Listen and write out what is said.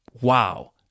wow